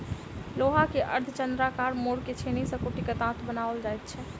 लोहा के अर्धचन्द्राकार मोड़ि क छेनी सॅ कुटि क दाँत बनाओल जाइत छै